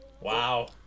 Wow